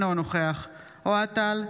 אינו נוכח אוהד טל,